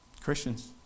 Christians